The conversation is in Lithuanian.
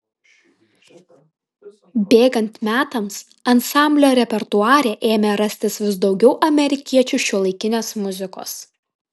bėgant metams ansamblio repertuare ėmė rastis vis daugiau amerikiečių šiuolaikinės muzikos